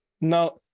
Now